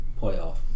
playoff